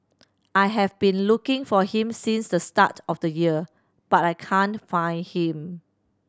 I have been looking for him since the start of the year but I can't find him